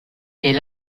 est